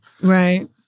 right